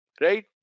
right